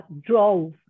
drove